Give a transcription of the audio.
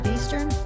Eastern